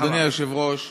אדוני היושב-ראש,